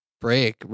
break